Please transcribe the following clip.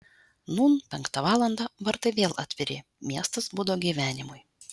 nūn penktą valandą vartai vėl atviri miestas budo gyvenimui